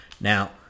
Now